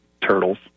turtles